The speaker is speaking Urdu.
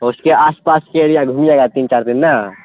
اس کے آس پاس کے ایریا گھومیے گا تین چار دن نا